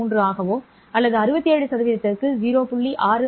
33 ஆகவோ அல்லது 67 க்கு 0